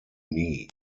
nie